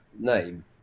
name